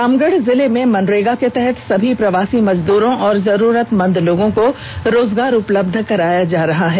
रामगढ़ जिले में मनरेगा के तहत सभी प्रवासी मजदूरों और जरूरतमंद लोगों को रोजगार उपलब्ध कराया जा रहा है